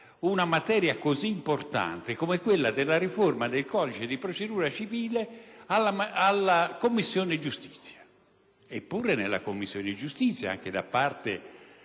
un materia così importante come quella della riforma del codice di procedura civile alla Commissione giustizia? Eppure nella Commissione giustizia, anche da parte